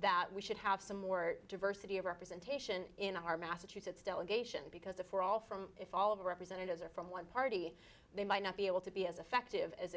that we should have some more diversity of representation in our massachusetts delegation because if we're all from if all of the representatives are from one party they might not be able to be as effective as